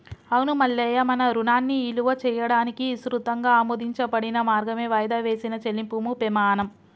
అవును మల్లయ్య మన రుణాన్ని ఇలువ చేయడానికి ఇసృతంగా ఆమోదించబడిన మార్గమే వాయిదా వేసిన చెల్లింపుము పెమాణం